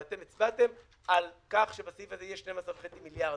ואתם הצבעתם על כך שבסעיף הזה יהיו 12.5 מיליארד.